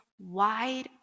wide